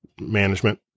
management